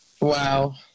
Wow